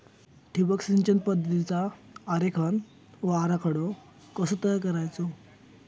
ठिबक सिंचन पद्धतीचा आरेखन व आराखडो कसो तयार करायचो?